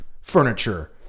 furniture